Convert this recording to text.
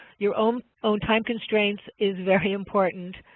your own own time constraints is very important.